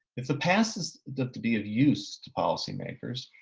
if the past is that to be of use to policymakers,